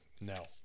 No